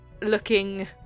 looking